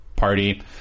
Party